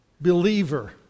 believer